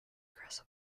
aggressive